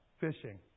fishing